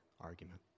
argument